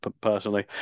personally